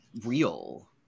real